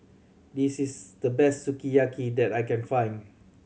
this is the best Sukiyaki that I can find